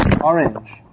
orange